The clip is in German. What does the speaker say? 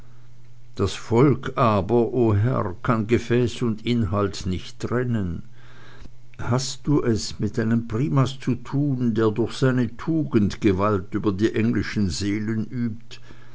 das volk aber o herr kann gefäß und inhalt nicht trennen hast du es mit einem primas zu tun der durch seine tugend gewalt über die englischen seelen übt